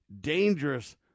dangerous